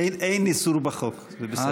אין איסור בחוק, זה בסדר.